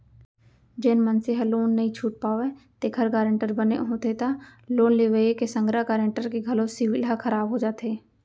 जेन मनसे ह लोन नइ छूट पावय तेखर गारेंटर बने होथे त लोन लेवइया के संघरा गारेंटर के घलो सिविल ह खराब हो जाथे